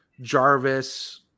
Jarvis